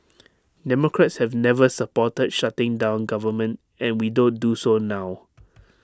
democrats have never supported shutting down government and we don't do so now